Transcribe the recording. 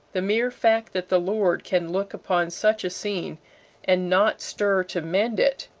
the mere fact that the lord can look upon such a scene and not stir to mend it,